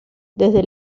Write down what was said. desde